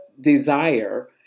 desire